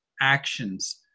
actions